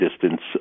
distance